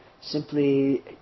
simply